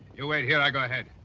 wait here, i'll go ahead.